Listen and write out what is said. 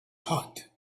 hot